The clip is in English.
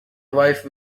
wife